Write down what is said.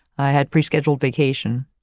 had pre-scheduled vacation.